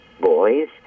boys